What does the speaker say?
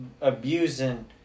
abusing